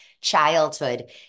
childhood